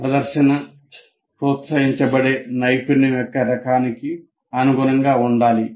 ప్రదర్శన ప్రోత్సహించబడే నైపుణ్యం యొక్క రకానికి అనుగుణంగా ఉండాలి